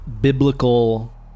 biblical